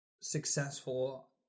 successful